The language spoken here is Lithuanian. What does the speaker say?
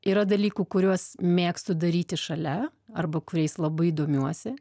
yra dalykų kuriuos mėgstu daryti šalia arba kuriais labai domiuosi